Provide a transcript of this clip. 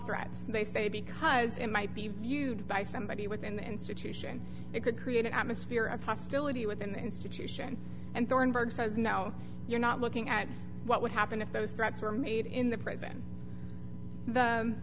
threats they say because it might be viewed by somebody within the institution it could create an atmosphere of hostility within the institution and thornburg says now you're not looking at what would happen if those threats were made in the prison